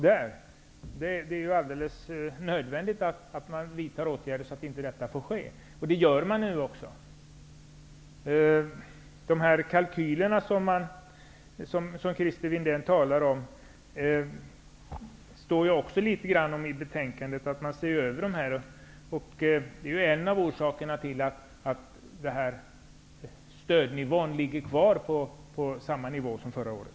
Det är ju alldeles nödvändigt att man vidtar åtgärder mot detta missbruk. Det gör man också nu. Det står också litet grand i betänkandet om att man ser över de kalkyler som Christer Windén talade om. Det är ju en av orsakerna till att stödet ligger kvar på samma nivå som förra året.